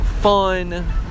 fun